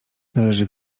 należy